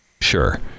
Sure